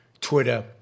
Twitter